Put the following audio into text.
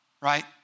right